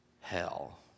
hell